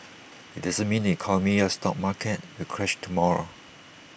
IT doesn't mean the economy or stock market will crash tomorrow